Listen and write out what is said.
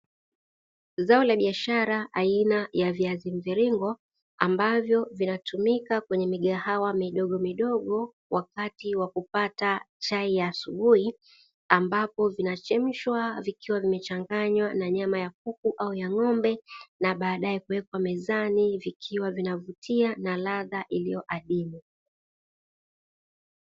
Zao la biashara aina ya viazi mviringo ambavyo vinatumika kwenye migahawa midogomidogo wakati wa kupata chai ya asubuhi, ambapo vinachemshwa vikiwa vimechanganywa na nyama ya kuku au ya ng'ombe. Na baadae kuwekwa mezani vikiwa vinavutia na ladha iliyoadimu.